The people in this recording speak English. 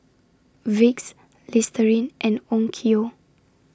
Vicks Listerine and Onkyo